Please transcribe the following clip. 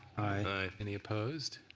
aye. any opposed?